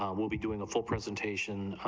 um we'll be doing a full presentation,